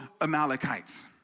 Amalekites